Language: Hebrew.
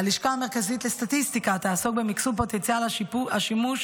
הלשכה המרכזית לסטטיסטיקה תעסוק במקסום פוטנציאל השימוש